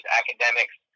academics